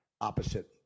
opposite